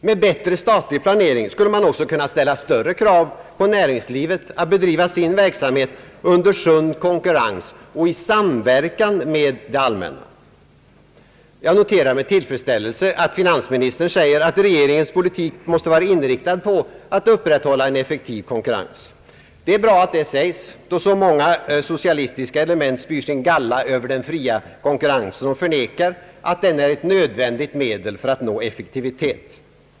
Med bättre statlig planering skulle man också kunna ställa större krav på näringslivet att bedriva sin verksamhet under sund konkurrens och i samverkan med det allmänna. Jag noterar med tillfredsställelse att finansministern säger att regeringens politik måste vara inriktad på att upprätthålla en effektiv konkurrens. Det är bra att detta sägs, då så många socialistiska element spyr sin galla över den fria konkurrensen och förnekar att den är ett nödvändigt medel för att nå effektivitet.